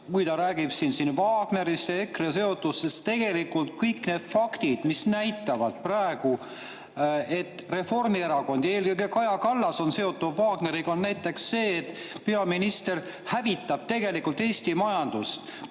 Ta räägib siin Wagneri ja EKRE seotusest, aga tegelikult kõik faktid näitavad praegu, et Reformierakond, eelkõige Kaja Kallas, on seotud Wagneriga. Näiteks see, et peaminister hävitab tegelikult Eesti majandust.